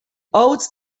owes